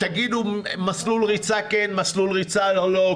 ותגידו מסלול ריצה כן, מסלול ריצה לא.